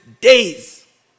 days